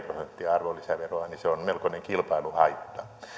prosenttia arvonlisäveroa ja se on melkoinen kilpailuhaitta